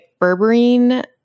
berberine